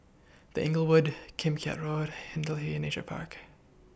The Inglewood Kim Keat Road Hindhede Nature Park